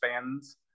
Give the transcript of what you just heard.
fans